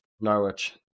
Norwich